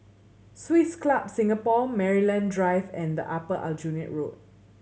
Swiss Club Singapore Maryland Drive and Upper Aljunied Road